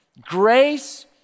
Grace